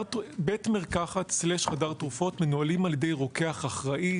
בית מרקחת/חדר תרופות מנוהלים על-ידי רוקח אחראי,